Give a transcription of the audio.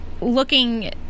looking